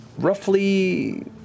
Roughly